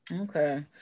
Okay